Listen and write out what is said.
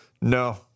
No